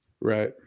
Right